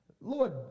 Lord